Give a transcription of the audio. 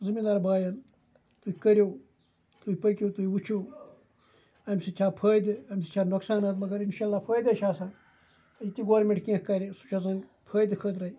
زٔمیٖندار بایَن تُہۍ کٔرِو تُہۍ پٔکِو تُہۍ وٕچھِو اَمہِ سۭتۍ چھا فٲیدٕ اَمہِ سۭتۍ چھا نۄقصانات مگر اِنشاء اللہ فٲیدَے چھِ آسان یہِ تہِ گورمٮ۪نٛٹ کینٛہہ کَرِ سُہ چھِ آسان فٲیدٕ خٲطرَے